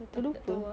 I pun tak tahu ah